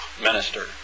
minister